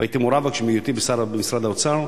והייתי מעורב בה בהיותי במשרד האוצר,